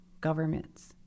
governments